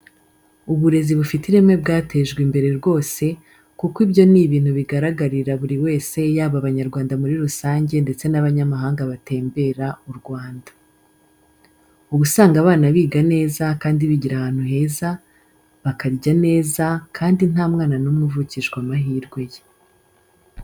Uburezi bufite ireme bwatejwe imbere rwose, kuko ibyo ni ibintu bigaragarira buri wese yaba Abanyarwanda muri rusange ndetse n'abanyamahanga batemberera u Rwanda. Uba usanga abana biga neza kandi bigira ahantu heza, bakarya neza kandi nta mwana n'umwe uvukijwe amahirwe ye.